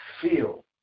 feel